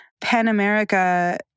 Pan-America